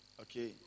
Okay